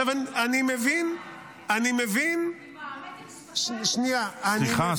אני מבין --- עם מתק השפתיים --- סליחה,